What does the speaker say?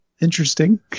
Interesting